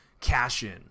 cash-in